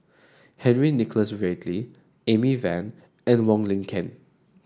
Henry Nicholas Ridley Amy Van and Wong Lin Ken